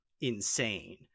insane